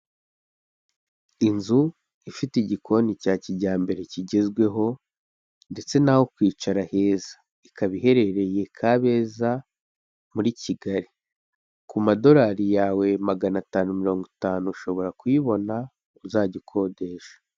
Inzu ifite igikoni cya kijyambere kigezweho ndetse n'aho kwicara heza, ikaba iherereye Kabeza, muri Kigali, ku madolari yawe magana atanu mirongo itanu ushobora kuyibona, uzajya ukodesha.